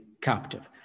captive